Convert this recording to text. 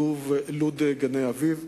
לוד-גני-אביב.